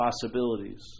possibilities